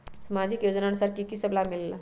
समाजिक योजनानुसार कि कि सब लाब मिलीला?